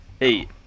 Eight